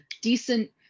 decent